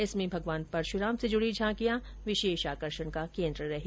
इसमें भगवान परशुराम से जुडी झांकियां विशेष आकर्षण का केन्द्र रही